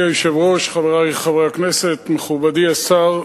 אדוני היושב-ראש, חברי חברי הכנסת, מכובדי השר,